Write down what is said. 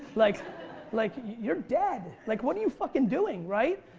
like like you're dead. like what are you like and doing, right?